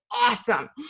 awesome